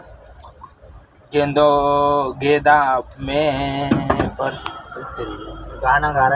गेंदा में पर परागन को कैसे रोकुं?